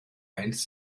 eins